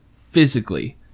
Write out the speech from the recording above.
physically